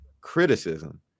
criticism